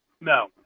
No